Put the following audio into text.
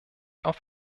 auf